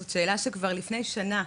זו שאלה שכבר לפני שנה,